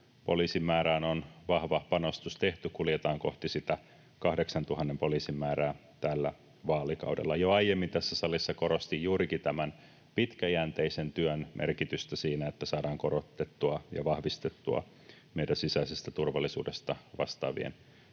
poliisien määrään on vahva panostus tehty, kuljetaan kohti sitä 8 000 poliisin määrää tällä vaalikaudella. Jo aiemmin tässä salissa korostin juurikin tämän pitkäjänteisen työn merkitystä siinä, että saadaan korotettua ja vahvistettua meidän sisäisestä turvallisuudesta vastaavien